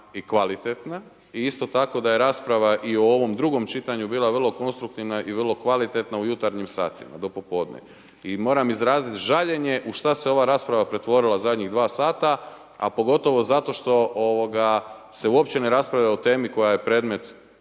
i kvalitetna. Isto tako da je rasprava i u ovom drugom čitanju bila vrlo konstruktivna i vrlo kvalitetna u jutarnjim satima do popodne. I moram izraziti žaljenje u što se ova rasprava pretvorila zadnjih 2 sata, a pogotovo zato što se uopće ne raspravlja o temi koja je predmet